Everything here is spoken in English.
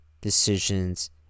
decisions